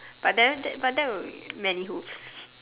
but then that but that will be many hoops